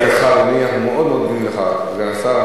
אנחנו מאוד מאוד מודים לך, סגן השר.